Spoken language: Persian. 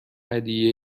هدیه